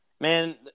Man